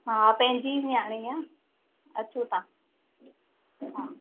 हा पंहिंजी ई नियाणी आहे अचो तव्हां हा